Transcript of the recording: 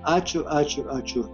ačiū ačiū ačiū